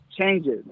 changes